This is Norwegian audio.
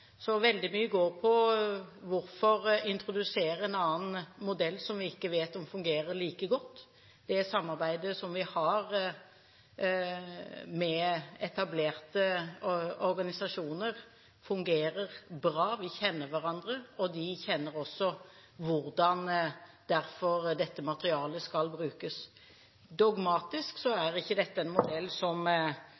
Så veldig mye går på: Hvorfor introdusere en annen modell som vi ikke vet om fungerer like godt? Det samarbeidet vi har med etablerte organisasjoner, fungerer bra. Vi kjenner hverandre, og de vet hvordan dette materialet skal brukes.